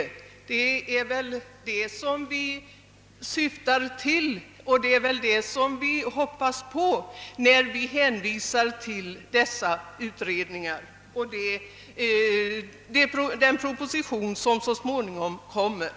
Det är alltså regeringens åtgärder vi hoppas på när vi hänvisar till gjorda utredningar och till den proposition som så småningom skall komma.